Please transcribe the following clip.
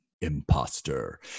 imposter